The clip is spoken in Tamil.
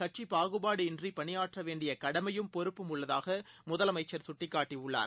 கட்சிபாகுபாடின்றிபணியாற்றவேண்டியகடமையும் பொறுப்பும் உள்ளதாகமுதலமைச்சள் சுட்டிக்காட்டியுள்ளார்